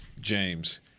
James